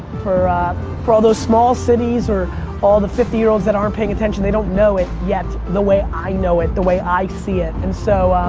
for for all those small cities or all the fifty year olds that aren't paying attention, they don't know it yet the way i know it. the way i see it, and so